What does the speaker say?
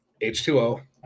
H2O